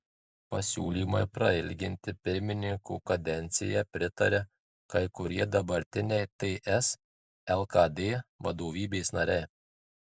pasiūlymui prailginti pirmininko kadenciją pritaria kai kurie dabartiniai ts lkd vadovybės nariai